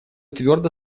твердо